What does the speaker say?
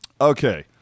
Okay